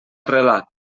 arrelat